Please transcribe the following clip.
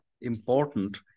important